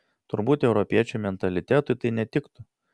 turbūt europiečio mentalitetui tai netiktų